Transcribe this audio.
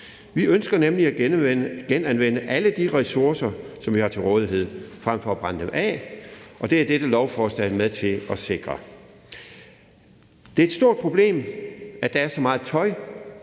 Vi ønsker nemlig at genanvende alle de ressourcer, som vi har til rådighed, frem for at brænde dem af, og det er dette lovforslag med til at sikre. Det er et stort problem, at der er så meget tøj